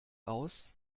aus